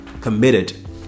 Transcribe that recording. committed